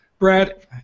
Brad